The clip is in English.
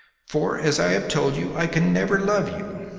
for, as i have told you, i can never love you,